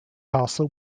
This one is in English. castle